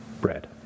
bread